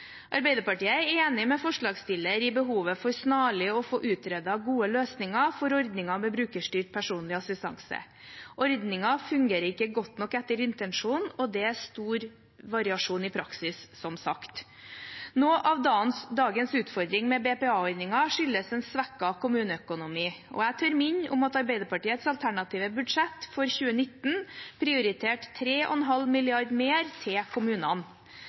Arbeiderpartiet er enig med forslagsstilleren i behovet for snarlig å få utredet gode løsninger for ordningen med brukerstyrt personlig assistanse. Ordningen fungerer ikke godt nok etter intensjonen, og det er som sagt stor variasjon i praksis. Noe av dagens utfordring med BPA-ordningen skyldes en svekket kommuneøkonomi, og jeg tør minne om at Arbeiderpartiets alternative budsjett for 2019 prioriterte 3,5 mrd. kr mer til kommunene.